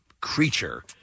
creature